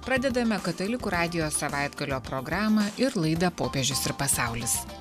pradedame katalikų radijo savaitgalio programą ir laidą popiežius ir pasaulis